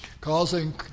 causing